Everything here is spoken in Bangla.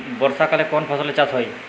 বর্ষাকালে কোন ফসলের চাষ হয়?